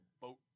boat